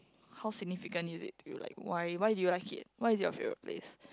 how significant is it to you like why why do you like it why is it your favourite place